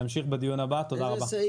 כן.